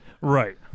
Right